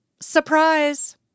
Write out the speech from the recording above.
Surprise